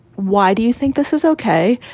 why do you think this is ok?